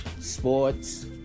sports